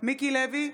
מיקי לוי,